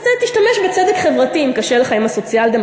אז תשתמש בצדק חברתי אם קשה לך עם הסוציאל-דמוקרטיה.